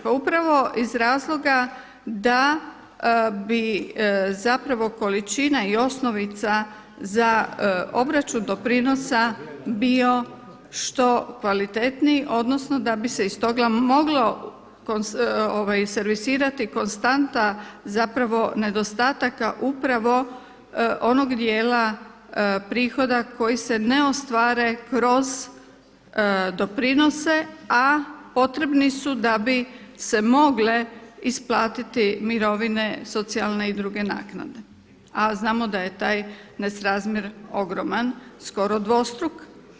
Pa upravo iz razloga da bi zapravo količina i osnovica za obračun doprinosa bio što kvalitetniji, odnosno da bi se iz toga moglo servisirati, konstantna zapravo nedostataka upravo onog dijela prihoda koji se ne ostvare kroz doprinose a potrebni su da bi se mogle isplatiti mirovine socijalne i druge naknade a znamo da je taj nesrazmjer ogroman, skoro dvostruk.